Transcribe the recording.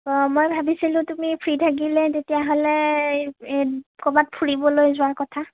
অ মই ভাবিছিলোঁ তুমি ফ্ৰী থাকিলে তেতিয়াহ'লে ক'ৰবাত ফুৰিবলৈ যোৱাৰ কথা